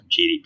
GDP